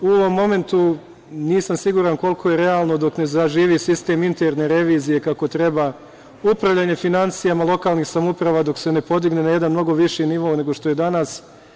U ovom momentu nisam siguran koliko je realno dok ne zaživi sistem interne revizije kako treba, upravljanje finansijama lokalnih samouprava, dok se ne podigne na jedan mnogo viši nivo nego što je danas.